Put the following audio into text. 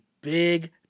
big